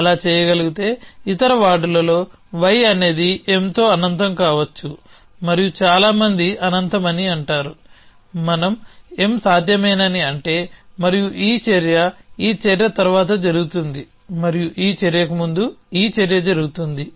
అలా చేయగలిగితే ఇతర వార్డులలో y అనేది Mతో అనంతం కావచ్చు మరియు చాలా మంది అనంతం అని అంటారు మనం M సాధ్యమేనని అంటే మరియు ఈ చర్య ఈ చర్య తర్వాత జరుగుతుంది మరియు ఈ చర్యకు ముందు ఈ చర్య జరుగుతుంది